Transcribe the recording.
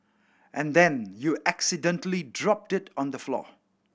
and then you accidentally drop it on the floor